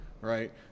right